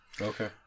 Okay